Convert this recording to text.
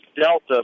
Delta